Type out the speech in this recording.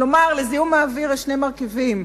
כלומר, לזיהום האוויר יש שני מרכיבים: